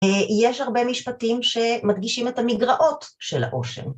אה... יש הרבה משפטים שמדגישים את המגרעות של העושר.